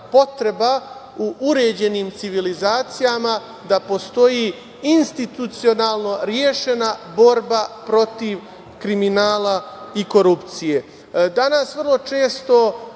u uređenim civilizacijama da postoji institucionalno rešena borba protiv kriminala i korupcije. Danas